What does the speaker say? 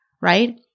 right